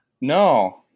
No